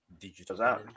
digital